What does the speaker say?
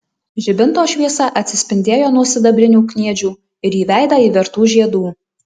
žibinto šviesa atsispindėjo nuo sidabrinių kniedžių ir į veidą įvertų žiedų